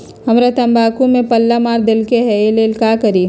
हमरा तंबाकू में पल्ला मार देलक ये ला का करी?